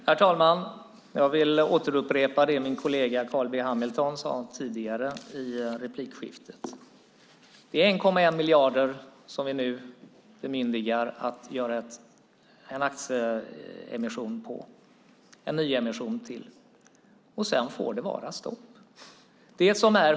Herr talman! Jag vill upprepa det min kollega Carl B Hamilton sade i replikskiftet tidigare. Det är 1,1 miljarder som vi nu bemyndigar att man gör en nyemission för. Sedan får det vara stopp.